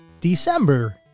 December